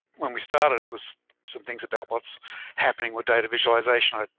when we started, it was some things about what's happening with data visualization. ah